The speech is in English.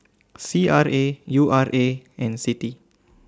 C R A U R A and CITI